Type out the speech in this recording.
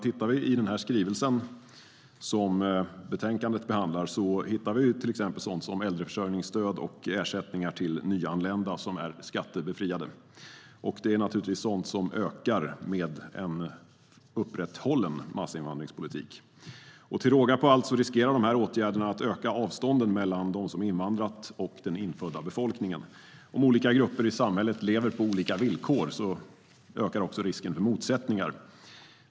Tittar vi i skrivelsen som betänkandet behandlar hittar vi till exempel sådant som äldreförsörjningsstöd och ersättningar till nyanlända som är skattebefriade. Det är naturligtvis sådant som ökar med en upprätthållen massinvandringspolitik. Till råga på allt riskerar de åtgärderna att öka avstånden mellan dem som invandrat och den infödda befolkningen. Om olika grupper i samhället lever på olika villkor ökar risken för motsättningar.